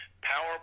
power